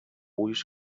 ulls